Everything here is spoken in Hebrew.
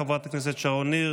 בבקשה, חברת הכנסת שרון ניר,